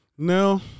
No